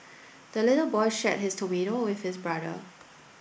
the little boy shared his tomato with his brother